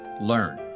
learn